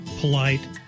polite